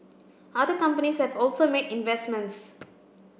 other companies have also made investments